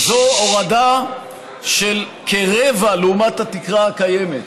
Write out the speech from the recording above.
זאת הורדה של כרבע לעומת התקרה הקיימת.